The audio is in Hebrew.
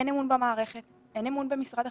אין אמון במערכת, אין אמון במשרד החינוך.